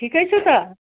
ठिकै छु त